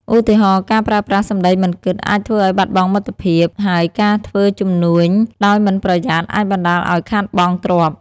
ឧទាហរណ៍៖ ការប្រើប្រាស់សម្ដីមិនគិត អាចធ្វើឲ្យបាត់បង់មិត្តភក្តិ ហើយការធ្វើជំនួញដោយមិនប្រយ័ត្ន អាចបណ្ដាលឲ្យខាតបង់ទ្រព្យ។